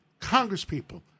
congresspeople